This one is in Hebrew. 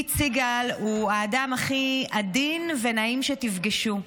קית' סיגל הוא האדם הכי עדין ונעים שתפגשו,